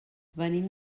venim